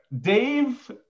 Dave